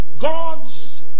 God's